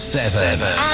Seven